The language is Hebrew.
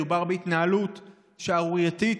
מדובר בהתנהלות שערורייתית,